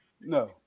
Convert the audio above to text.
no